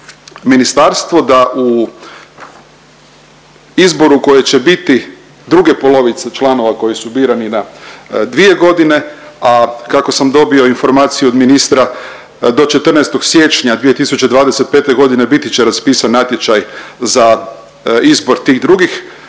ministarstvo da u izboru koje će biti druge polovice članova koji su birani na dvije godine, a kako sam dobio informaciju od ministra, do 14. siječnja 2025. g. biti će raspisan natječaj za izbor tih drugih